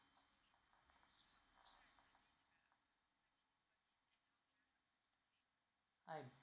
hi good